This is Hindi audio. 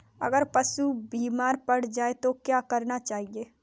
अगर पशु बीमार पड़ जाय तो क्या करना चाहिए?